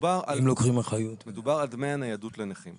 מדובר על דמי הניידות לנכים.